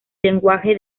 lenguaje